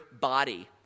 body